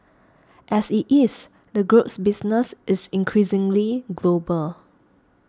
as it is the group's business is increasingly global